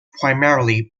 primarily